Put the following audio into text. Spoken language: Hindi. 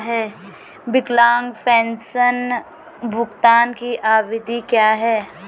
विकलांग पेंशन भुगतान की अवधि क्या है?